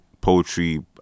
poetry